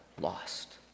lost